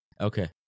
Okay